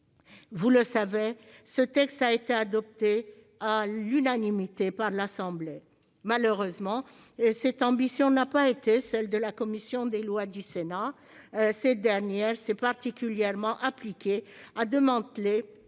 Vous le savez, ce texte a été adopté à l'unanimité par les députés. Malheureusement, cette ambition n'a pas été celle de la commission des lois du Sénat. Cette dernière s'est particulièrement appliquée à démanteler